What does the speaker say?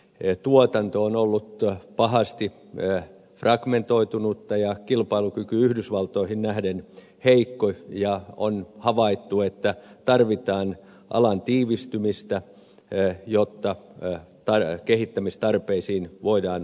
euroopan puolustusmateriaalituotanto on ollut pahasti fragmentoitunutta ja kilpailukyky yhdysvaltoihin nähden heikko ja on havaittu että tarvitaan alan tiivistymistä jotta kehittämistarpeisiin voidaan vastata